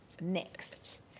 Next